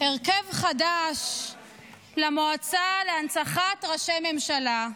הרכב חדש למועצה להנצחת ראשי ממשלה: